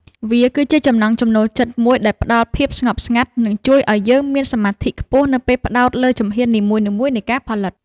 វាគឺជាចំណង់ចំណូលចិត្តមួយដែលផ្ដល់ភាពស្ងប់ស្ងាត់ និងជួយឱ្យយើងមានសមាធិខ្ពស់នៅពេលផ្ដោតលើជំហាននីមួយៗនៃការផលិត។